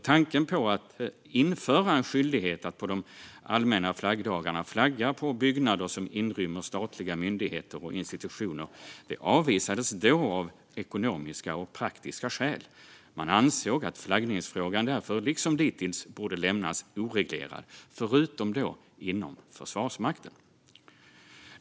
Tanken på att införa en skyldighet att på de allmänna flaggdagarna flagga på byggnader som inrymmer statliga myndigheter och institutioner avvisades då av ekonomiska och praktiska skäl. Man ansåg att flaggningsfrågan därför liksom dittills borde lämnas oreglerad, förutom då inom Försvarsmakten.